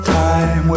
time